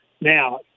Now